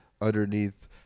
underneath